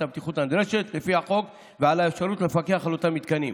הבטיחות הנדרשת לפי החוק ועל האפשרות לפקח על אותם מתקנים.